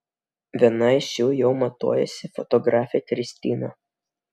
vieną iš jų jau matuojasi fotografė kristina